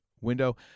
window